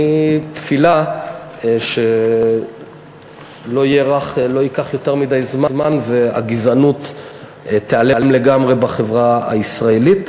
אני תפילה שלא ייקח יותר מדי זמן והגזענות תיעלם לגמרי בחברה הישראלית,